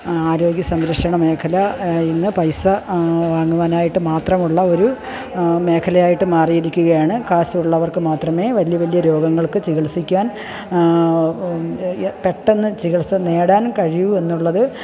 ആരോഗ്യസംരക്ഷണ മേഖല ഇന്ന് പൈസ വാങ്ങുവാനായിട്ട് മാത്രം ഉള്ള ഒരു മേഖലയായിട്ട് മാറിയിരിക്കുകയാണ് കാശുള്ളവർക്ക് മാത്രമേ വലിയ വലിയ രോഗങ്ങൾക്ക് ചികിത്സിക്കുവാൻ പെട്ടെന്ന് ചികിത്സ നേടാൻ കഴിയൂ എന്നുള്ളത്